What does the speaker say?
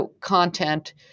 content